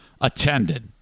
attended